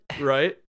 Right